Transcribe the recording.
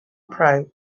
pro